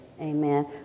Amen